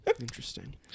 Interesting